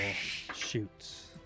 shoots